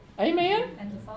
amen